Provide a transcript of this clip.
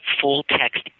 full-text